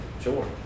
Sure